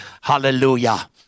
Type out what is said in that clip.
Hallelujah